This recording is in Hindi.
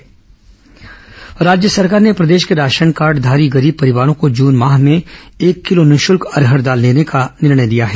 पीडीएस दाल राज्य सरकार ने प्रदेश के राशन कार्डधारी गरीब परिवारों को जून माह में एक किलो निःशुल्क अरहर दाल देने का निर्णय लिया है